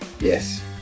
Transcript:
Yes